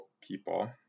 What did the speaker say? people